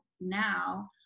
now